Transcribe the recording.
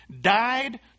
died